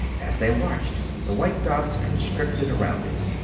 as they watched, the white dots constricted around it.